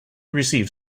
receive